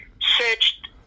searched